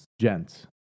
gents